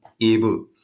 able